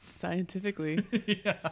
scientifically